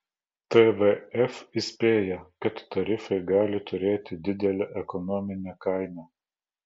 tvf įspėja kad tarifai gali turėti didelę ekonominę kainą